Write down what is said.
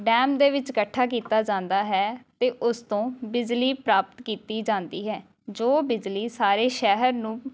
dam ਦੇ ਵਿੱਚ ਇਕੱਠਾ ਕੀਤਾ ਜਾਂਦਾ ਹੈ ਅਤੇ ਉਸ ਤੋਂ ਬਿਜਲੀ ਪ੍ਰਾਪਤ ਕੀਤੀ ਜਾਂਦੀ ਹੈ ਜੋ ਬਿਜਲੀ ਸਾਰੇ ਸ਼ਹਿਰ ਨੂੰ